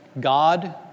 God